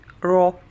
raw